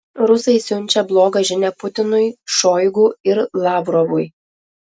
rusai siunčia blogą žinią putinui šoigu ir lavrovui